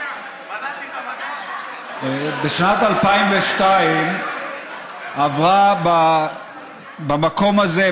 בשנת 2002 עברה במקום הזה,